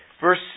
Verse